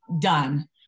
done